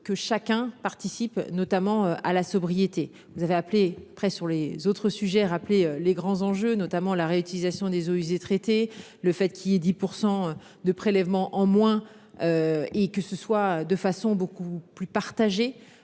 que chacun participe notamment à la sobriété. Vous avez appelé près sur les autres sujets a rappelé les grands enjeux, notamment la réutilisation des eaux usées traitées, le fait qu'il ait 10% de prélèvements en moins. Et que ce soit de façon beaucoup plus partagés.